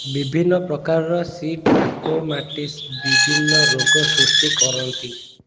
ବିଭିନ୍ନ ପ୍ରକାରର C trachomatis ବିଭିନ୍ନ ରୋଗ ସୃଷ୍ଟି କରନ୍ତି